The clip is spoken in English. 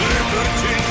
Liberty